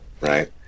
right